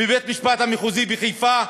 בבית-המשפט המחוזי בחיפה,